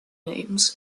names